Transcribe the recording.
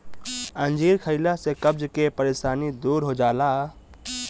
अंजीर खइला से कब्ज के परेशानी दूर हो जाला